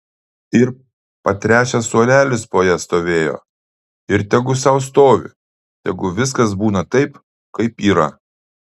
ir patręšęs suolelis po ja stovėjo ir tegu sau stovi tegu viskas būna taip kaip yra